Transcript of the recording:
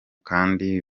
kandi